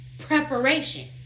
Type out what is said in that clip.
preparation